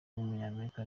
w’umunyamerika